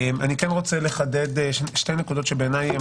אני רוצה לחדד שתי נקודות עקרוניות